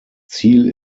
ziel